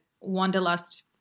Wanderlust